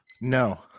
No